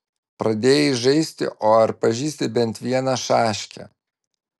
pradėjai žaisti o ar pažįsti bent vieną šaškę